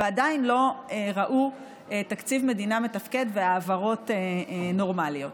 ועדיין לא ראו תקציב מדינה מתפקדת והעברות נורמליות.